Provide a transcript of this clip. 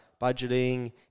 budgeting